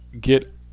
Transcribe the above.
get